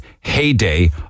heyday